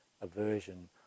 aversion